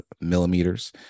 millimeters